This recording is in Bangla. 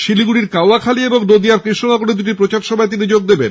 শিলিগুড়ি কৌয়াখালি ও নদীয়ার কৃষ্ণনগরে দুটি প্রচার সভায় তিনি যোগ দেবন